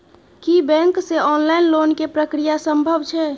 की bank से online loan के प्रक्रिया संभव छै?